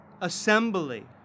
assembly